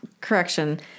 Correction